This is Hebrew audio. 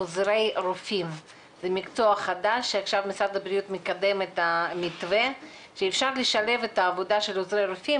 משה מוסקוביץ : מושיקו מוסקוביץ,